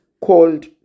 called